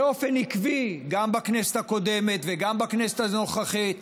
באופן עקבי, גם בכנסת הקודמת וגם בכנסת הנוכחית,